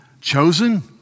chosen